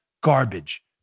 garbage